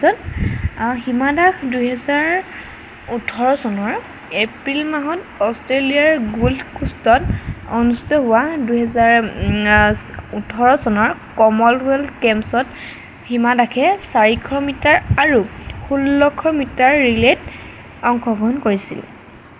হিমা দাস দুহেজাৰ ওঠৰ চনৰ এপ্ৰিল মাহত অষ্ট্ৰেলিয়াৰ গোলফ পোষ্টত অনুস্থিত হোৱা দুহেজাৰ ওঠৰ চনৰ কমনৱেলথ গেমছত হিমা দাসে চাৰিশ মিটাৰ আৰু ষোল্লশ মিটাৰ ৰিলেত অংশগ্ৰহণ কৰিছিল